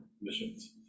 missions